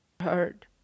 hard